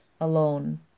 alone